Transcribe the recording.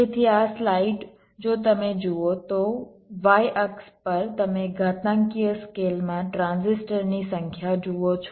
તેથી આ સ્લાઇડ જો તમે જુઓ તો y અક્ષ પર તમે ઘાતાંકીય સ્કેલ માં ટ્રાન્ઝિસ્ટરની સંખ્યા જુઓ છો